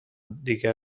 دیگر